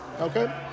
Okay